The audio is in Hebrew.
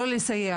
לא לסייע,